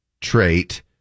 trait